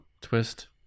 twist